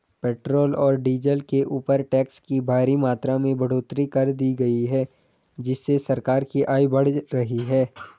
petrol और diesel के ऊपर टैक्स की भारी मात्रा में बढ़ोतरी कर दी गई है जिससे सरकार की आय बढ़ रही है